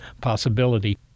possibility